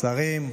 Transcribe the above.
שרים,